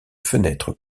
fenêtre